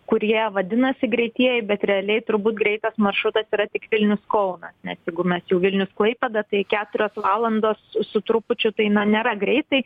kurie vadinasi greitieji bet realiai turbūt greitas maršrutas yra tik vilnius kaunas nes jeigu mes jau vilnius klaipėda tai keturios valandos su trupučiu tai na nėra greitai